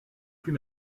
plus